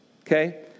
Okay